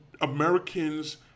Americans